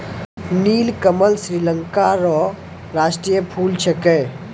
नीलकमल श्रीलंका रो राष्ट्रीय फूल छिकै